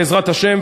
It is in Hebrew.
בעזרת השם,